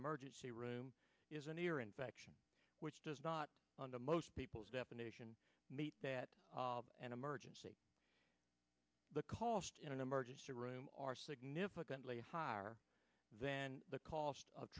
emergency room is an ear infection which does not on the most people's definition meet at an emergency the cost in an emergency room are significantly higher than the cost of